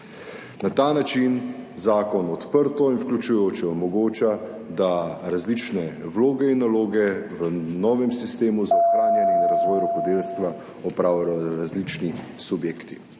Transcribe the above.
Na ta način zakon odprto in vključujoče omogoča, da različne vloge in naloge v novem sistemu za ohranjanje in razvoj rokodelstva opravljajo različni subjekti.